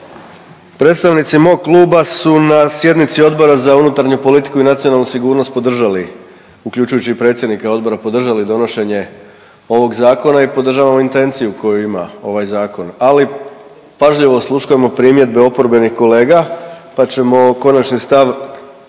predstavnici mog kluba su na sjednici Odbora za unutarnju politiku i nacionalnu sigurnost podržali, uključujući i predsjednika odbora, podržali donošenje ovog zakona i podržavamo intenciju koju ima ovaj zakon, ali pažljivo osluškujemo primjedbe oporbenih kolega pa ćemo konačni stav